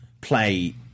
play